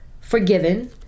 Forgiven